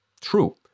True